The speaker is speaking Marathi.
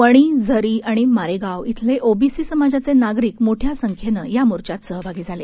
वणी झरी आणि मारेगाव शिले ओबीसी समाजाचे नागरिक मोठ्या संख्येनं या मोर्चात सहभागी झाले